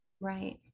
Right